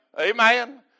Amen